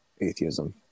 Atheism